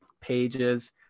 pages